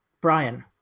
Brian